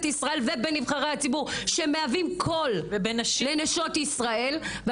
ישראל ובנבחרי הציבור שמהווים קול לנשות ישראל.